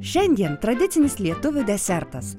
šiandien tradicinis lietuvių desertas